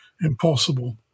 impossible